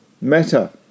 Meta